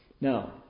Now